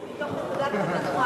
למה אנחנו יוצאים מתוך נקודת הנחה